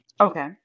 okay